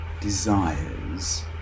desires